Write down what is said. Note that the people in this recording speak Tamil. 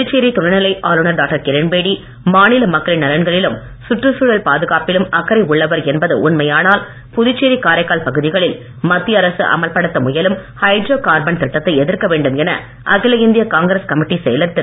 புதுச்சேரி துணைநிலை ஆளுநர் டாக்டர் கிரண்பேடி மாநில மக்களின் நலன்களிலும் சுற்றுச்சூழல் பாதுகாப்பிலும் அக்கரை உள்ளவர் என்பது உண்மையானால் புதுச்சேரி காரைக்கால் பகுதிகளில் மத்திய அரசு அமல்படுத்த முயலும் ஹைட்ரோ கார்பன் திட்டத்தை எதிர்க்க வேண்டும் என அகில இந்திய காங்கிரஸ் கமிட்டிச் செயலர் திரு